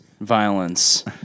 violence